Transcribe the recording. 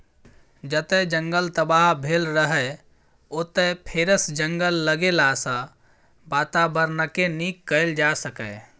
जतय जंगल तबाह भेल रहय ओतय फेरसँ जंगल लगेलाँ सँ बाताबरणकेँ नीक कएल जा सकैए